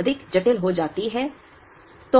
अधिक जटिल हो जाती है